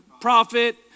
prophet